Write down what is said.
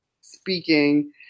speaking